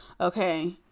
Okay